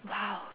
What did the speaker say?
!wow!